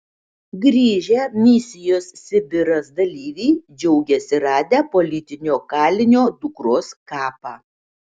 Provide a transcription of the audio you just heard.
grįžę misijos sibiras dalyviai džiaugiasi radę politinio kalinio dukros kapą